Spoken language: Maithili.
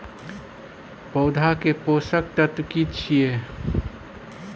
पौधा के पोषक तत्व की छिये?